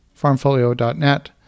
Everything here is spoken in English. farmfolio.net